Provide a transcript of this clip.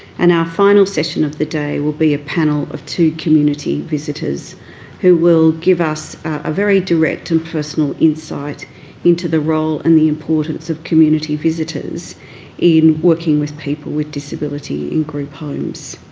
and our final session of the day will be a panel of two community visitors who will give us a very direct and personal insight into the role and the importance of community visitors in working with people with disability in group homes.